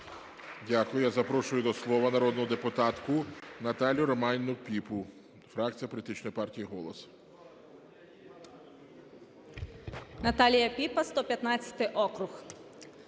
Дякую. Я запрошую до слова народну депутатку Наталію Романівну Піпу, фракція політичної парії "Голос.".